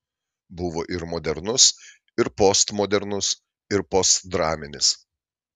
buvo ir modernus ir postmodernus ir postdraminis